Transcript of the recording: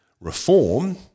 Reform